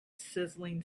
sizzling